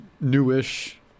newish